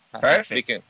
perfect